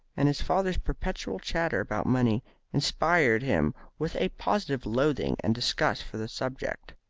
and his father's perpetual chatter about money inspired him with a positive loathing and disgust for the subject.